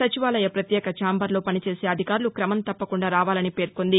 సచివాలయ ప్రత్యేక ఛాంబర్లో పనిచేసే అధికారులు క్రమం తప్పకుండా రావాలని పేర్కొంది